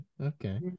Okay